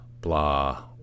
blah